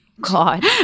God